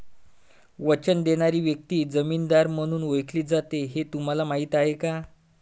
वचन देणारी व्यक्ती जामीनदार म्हणून ओळखली जाते हे तुम्हाला माहीत आहे का?